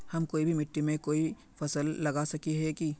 हम कोई भी मिट्टी में कोई फसल लगा सके हिये की?